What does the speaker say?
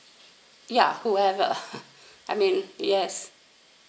ya whoever I mean yes